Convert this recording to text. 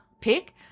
pick